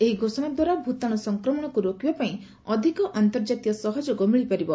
ଏହି ଘୋଷଣାଦ୍ୱାରା ଭୂତାଣୁ ସଂକ୍ରମଣକୁ ରୋକିବାପାଇଁ ଅଧିକ ଅନ୍ତର୍ଜାତୀୟ ସହଯୋଗ ମିଳିପାରିବ